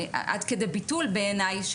עד כדי ביטול בעיניי,